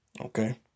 Okay